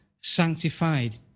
sanctified